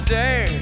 day